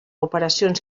operacions